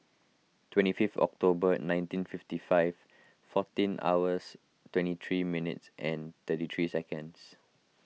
twenty fifth October at nineteen fifty five fourteen hours twenty three minutes and thirty three seconds